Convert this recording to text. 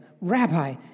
Rabbi